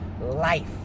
life